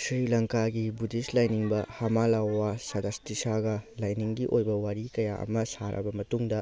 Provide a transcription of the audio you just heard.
ꯁ꯭ꯔꯤ ꯂꯪꯀꯥꯒꯤ ꯕꯨꯗꯤꯁ ꯂꯥꯏꯅꯤꯡꯕ ꯍꯝꯃꯥꯂꯥꯋꯥ ꯁꯔꯁꯇꯤꯁꯥꯒ ꯂꯥꯏꯅꯤꯡꯒꯤ ꯑꯣꯏꯕ ꯋꯥꯔꯤ ꯀꯌꯥ ꯑꯃ ꯁꯥꯔꯕ ꯃꯇꯨꯡꯗ